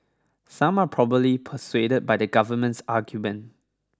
some are persuaded by the government's argument